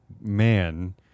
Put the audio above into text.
man